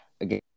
again